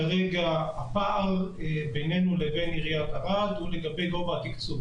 כרגע הפער בינינו לבין עיריית ערד הוא לגבי גובה התקצוב.